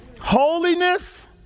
Holiness